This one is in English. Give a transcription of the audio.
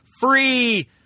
free